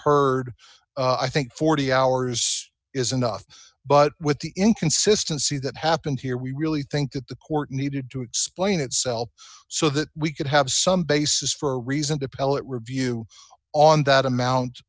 heard i think forty hours is enough but with the inconsistency that happened here we really think that the court needed to explain itself so that we could have some basis for reasoned appellate review on that amount